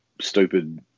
stupid